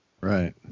Right